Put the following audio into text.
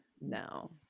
No